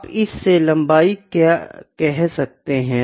आप इससे लम्बाई कहा सकते है